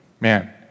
Man